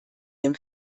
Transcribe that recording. dem